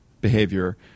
behavior